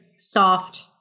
soft